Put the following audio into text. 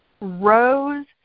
rose